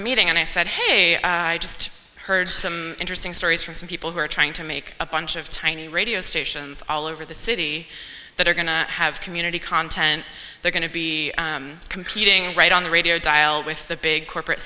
a meeting and i said hey i just heard some interesting stories from some people who are trying to make a bunch of tiny radio stations all over the city that are going to have community content they're going to be competing right on the radio dial with the big corporate